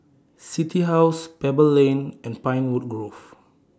City House Pebble Lane and Pinewood Grove